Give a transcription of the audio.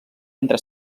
entre